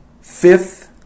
fifth